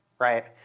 right?